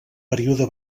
període